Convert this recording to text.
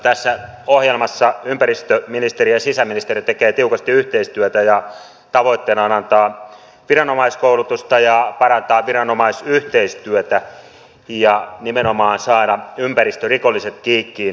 tässä ohjelmassa ympäristöministeriö ja sisäministeriö tekevät tiukasti yhteistyötä ja tavoitteena on antaa viranomaiskoulutusta ja parantaa viranomaisyhteistyötä ja nimenomaan saada ympäristörikolliset kiikkiin